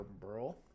burl